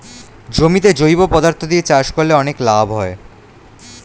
জমিতে জৈব পদার্থ দিয়ে চাষ করলে অনেক লাভ হয়